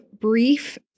brief